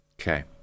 Okay